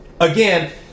again